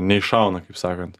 neiššauna kaip sakant